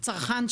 אבל סכום מסוים.